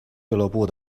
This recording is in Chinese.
俱乐部